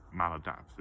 maladaptive